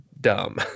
dumb